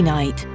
Night